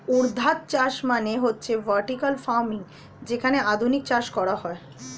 ঊর্ধ্বাধ চাষ মানে হচ্ছে ভার্টিকাল ফার্মিং যেখানে আধুনিক চাষ করা হয়